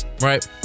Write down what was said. Right